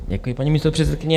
Děkuji, paní místopředsedkyně.